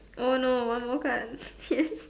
oh no one more card yes